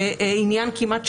כמובן,